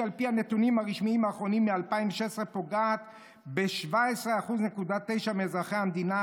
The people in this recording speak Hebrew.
שעל פי הנתונים הרשמיים האחרונים מ-2016 פוגעת ב-17.9% מאזרחי המדינה,